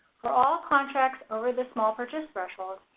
for all contracts over the small purchase threshold,